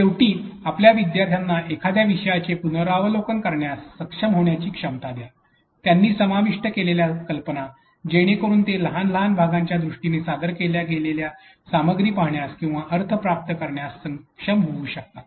शेवटी आपल्या विद्यार्थ्यांना एखाद्या विषयाचे पुनरावलोकन करण्यास सक्षम होण्याची क्षमता द्या त्यांनी समाविष्ट केलेल्या कल्पना जेणेकरून ते लहान लहान भागांच्या दृष्टीने सादर केल्या गेलेल्या सामग्री पाहण्यास किंवा अर्थ प्राप्त करण्यास सक्षम होऊ शकतात